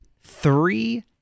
three